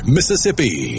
Mississippi